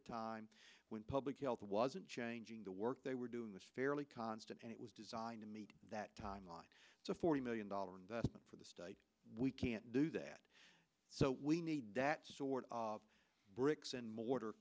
a time when public health wasn't changing the work they were doing this fairly constant and it was designed to meet that timeline so forty million dollar investment for the state we can't do that so we need that sort of bricks and mortar